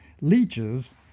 leeches